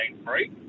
free